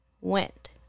went